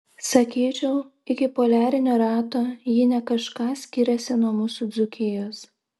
sakyčiau iki poliarinio rato ji ne kažką skiriasi nuo mūsų dzūkijos